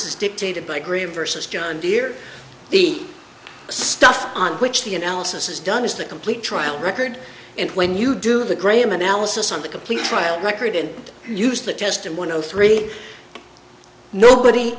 is dictated by greed versus john deere the stuff on which the analysis is done is the complete trial record and when you do the graham analysis on the complete trial record and use that test in one zero three nobody